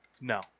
No